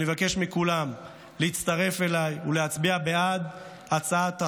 אני מבקש מכולם להצטרף אליי ולהצביע בעד הצעת החוק,